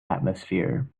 atmosphere